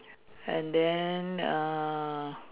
and then err